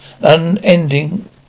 unending